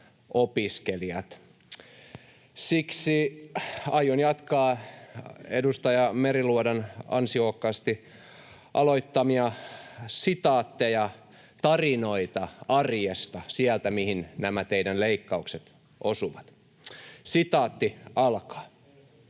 Siksi aion jatkaa edustaja Meriluodon ansiokkaasti aloittamia sitaatteja, tarinoita arjesta sieltä, mihin nämä teidän leikkauksenne osuvat: ”Opiskelijana